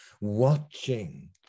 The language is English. watching